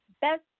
best